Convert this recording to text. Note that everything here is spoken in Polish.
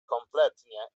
kompletnie